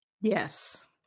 Yes